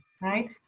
right